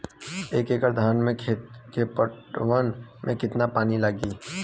एक एकड़ धान के खेत के पटवन मे कितना पानी लागि?